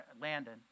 Landon